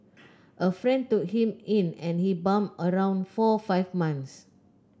a friend took him in and he bummed around for five months